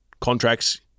contracts